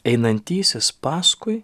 einantysis paskui